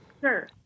sure